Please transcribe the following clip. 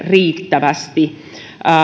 riittävästi